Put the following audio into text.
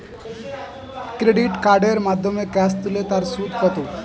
Credit কার্ডের মাধ্যমে cash তুলে তার সুদ কত?